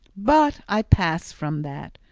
but i pass from that,